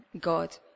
God